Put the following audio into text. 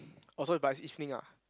oh so is by evening ah